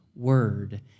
word